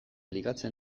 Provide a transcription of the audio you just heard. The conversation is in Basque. ligatzen